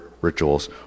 rituals